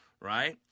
right